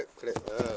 clap clap ah